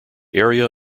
area